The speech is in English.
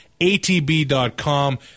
atb.com